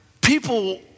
people